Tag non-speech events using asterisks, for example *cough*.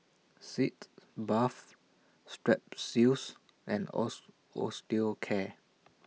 Sitz Bath Strepsils and *unintelligible* Osteocare